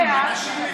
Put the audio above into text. בחדרה